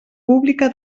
pública